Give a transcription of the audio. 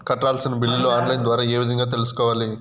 కట్టాల్సిన బిల్లులు online ద్వారా ఏ విధంగా తెలుసుకోవాలి?